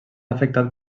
afectat